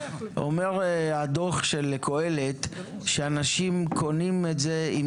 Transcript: אומר הדוח של קהלת שאנשים קונים את זה עם